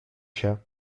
się